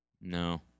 No